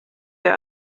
der